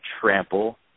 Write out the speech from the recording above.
trample